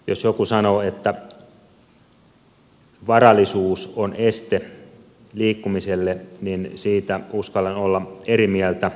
jos joku sanoo että varallisuus on este liikkumiselle niin siitä uskallan olla eri mieltä